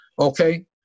okay